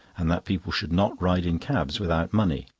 and that people should not ride in cabs without money.